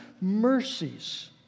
mercies